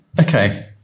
Okay